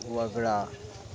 वगळा